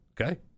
Okay